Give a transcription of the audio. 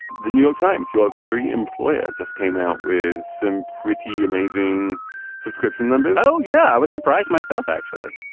the new york times, your very employer, just came out with some pretty amazing subscription numbers oh, yeah i was surprised myself, actually.